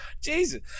Jesus